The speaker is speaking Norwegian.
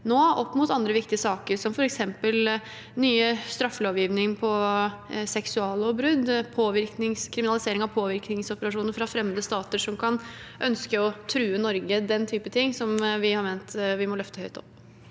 nå opp mot andre viktige saker, som f.eks. ny straffelovgivning for seksuallovbrudd og kriminalisering av påvirkningsoperasjoner fra fremmede stater som kan ønske å true Norge. Det er den type ting som vi har ment at vi må løfte høyt opp.